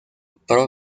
pro